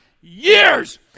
years